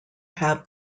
have